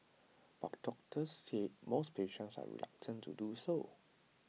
but doctors say most patients are reluctant to do so